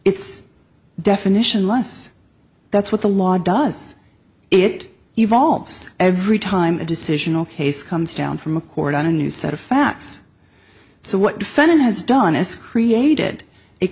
it's definition less that's what the law does it evolves every time a decisional case comes down from a court on a new set of facts so what defendant has done is created